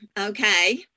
okay